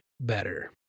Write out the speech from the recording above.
better